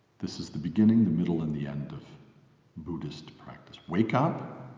this is the beginning, the middle, and the end of buddhist practice wake up.